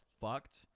fucked